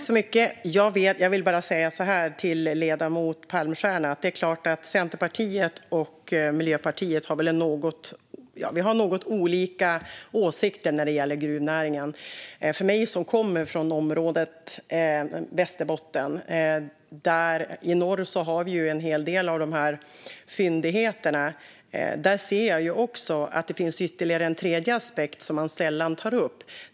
Fru talman! Jag vill bara säga så här till ledamoten Palmstierna: Det är klart att Centerpartiet och Miljöpartiet har något olika åsikter när det gäller gruvnäringen. Jag kommer från Västerbotten i norr där vi har vi en hel del av dessa fyndigheter, och där ser jag att det finns ytterligare en aspekt, en tredje, som man sällan tar upp.